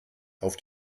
auf